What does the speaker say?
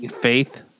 Faith